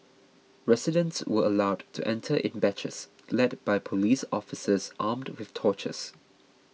residents were allowed to enter in batches led by police officers armed with torches